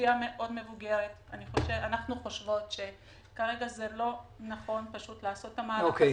באוכלוסייה מאוד מבוגרת אנו חושבות שכרגע לא נכון לעשות את המהלך הזה.